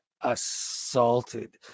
assaulted